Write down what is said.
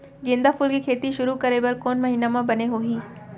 गेंदा फूल के खेती शुरू करे बर कौन महीना मा बने होही?